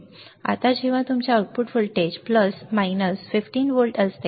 आता जेव्हा तुमचे आउटपुट व्होल्टेज प्लस उणे 15 व्होल्ट असते